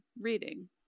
reading